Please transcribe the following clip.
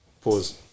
Pause